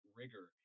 rigor